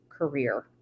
Career